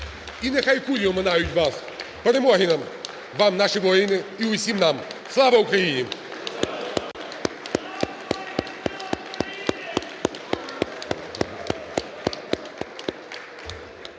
і нехай кулі оминають вас. Перемоги вам наші воїни і у сім нам! Слава Україні!